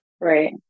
Right